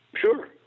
Sure